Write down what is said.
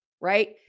right